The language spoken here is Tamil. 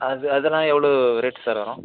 அது அதெல்லாம் எவ்வளோ ரேட் சார் வரும்